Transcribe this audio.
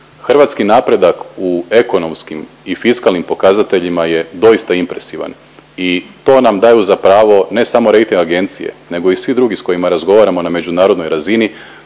hrvatski napredak u ekonomskim i fiskalnim pokazateljima je doista impresivan. I to nam daju za pravo ne samo rejting agencije nego i svi drugi s kojima razgovaramo na međunarodnoj razini,